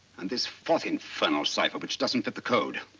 and this forth infernal cipher which doesn't get the code.